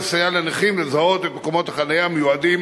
לסייע לנכים לזהות את מקומות החנייה המיועדים